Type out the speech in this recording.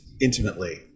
intimately